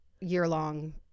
year-long